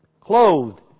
clothed